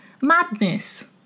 Madness